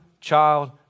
child